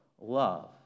love